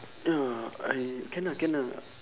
ya I can ah can ah